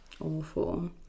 awful